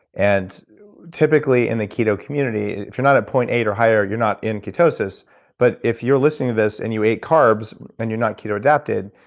and typically, in the keto community, if you're not at point eight or higher, you're not in ketosis but if you're listening to this, and you ate carbs and you're not keto adapted,